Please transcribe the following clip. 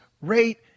rate